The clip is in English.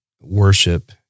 worship